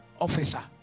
officer